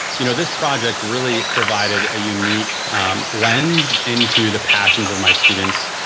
you know, this project really provided a unique lens into the passions of my students.